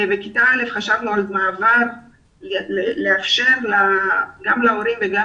בכיתה א' חשבנו לאפשר גם להורים וגם